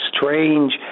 strange